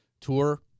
tour